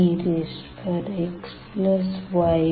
I0a0xexyz